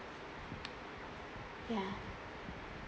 ya